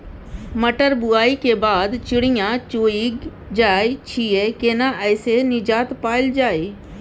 मटर बुआई के बाद चिड़िया चुइग जाय छियै केना ऐसे निजात पायल जाय?